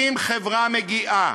אם חברה מגיעה